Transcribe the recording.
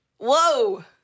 whoa